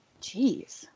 Jeez